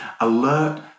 alert